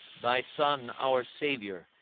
thy son, our saviour,